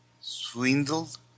swindled